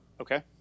Okay